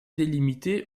délimité